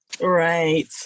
Right